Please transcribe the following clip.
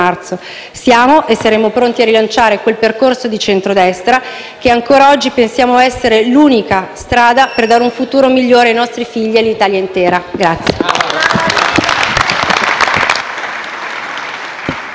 Siamo e saremo pronti a rilanciare quel percorso di centrodestra che ancora oggi pensiamo essere l'unica strada per dare un futuro migliore ai nostri figli e all'Italia intera.